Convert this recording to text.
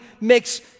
makes